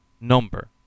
number